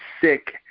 sick